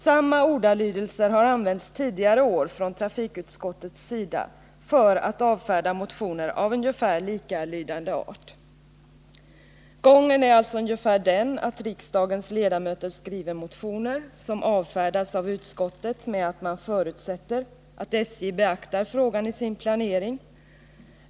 Trafikutskottet har tidigare i år använt samma ordalydelse för att avfärda motioner av ungefär samma slag. Gången är alltså ungefär den att riksdagens ledamöter skriver motioner som avfärdas med att utskottet förutsätter att SJ beaktar frågan i sin planering.